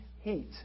heat